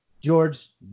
George